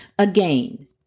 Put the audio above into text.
Again